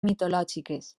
mitològiques